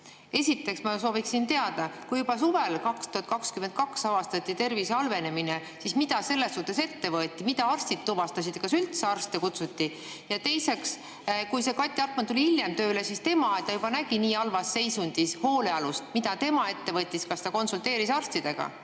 Esiteks ma sooviksin teada: kui juba 2022. aasta suvel avastati tervise halvenemine, siis mida selles suhtes ette võeti? Mida arstid tuvastasid, kas üldse arsti kutsuti? Teiseks: kui Kati Arkman tuli hiljem tööle ja nägi nii halvas seisundis hoolealust, mida ta ette võttis? Kas ta konsulteeris arstidega?